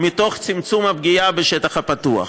תוך צמצום הפגיעה בשטח הפתוח.